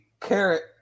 carrot